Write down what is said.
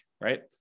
right